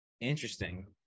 interesting